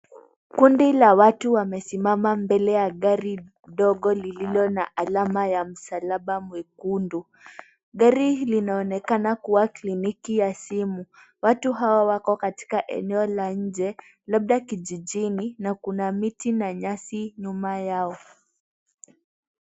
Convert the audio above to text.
Kundi la watu wamesimama mbele ya gari dogo lililo na alama ya msalaba mwekundu. Gari linaonekana kuwa kliniki ya simu. Watu hawa wako katika eneo la nje labda kijijini na kuna miti na nyasi nyuma yao.